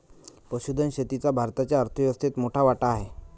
पशुधन शेतीचा भारताच्या अर्थव्यवस्थेत मोठा वाटा आहे